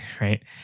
right